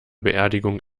beerdigung